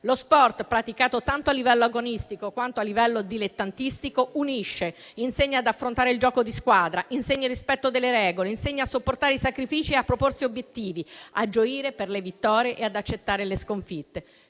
Lo sport, praticato a livello tanto agonistico quanto dilettantistico, unisce e insegna ad affrontare il gioco di squadra, a perseguire il rispetto delle regole, a sopportare i sacrifici, a proporsi obiettivi, a gioire per le vittorie e ad accettare le sconfitte.